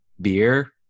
beer